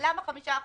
למה 5%?